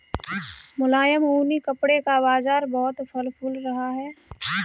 मुलायम ऊनी कपड़े का बाजार बहुत फल फूल रहा है